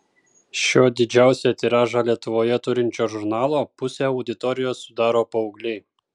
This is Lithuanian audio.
šio didžiausią tiražą lietuvoje turinčio žurnalo pusę auditorijos sudaro paaugliai